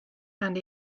and